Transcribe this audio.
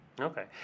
Okay